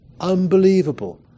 Unbelievable